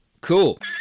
Cool